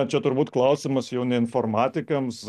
čia turbūt klausimas jau ne informatikams